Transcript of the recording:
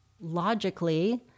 Logically